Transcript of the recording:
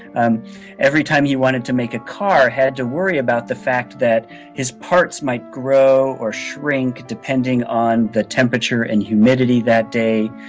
and every time he wanted to make a car, had to worry about the fact that his parts might grow or shrink depending on the temperature and humidity that day,